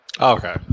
Okay